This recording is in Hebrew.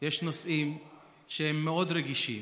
יש נושאים שהם מאוד רגישים,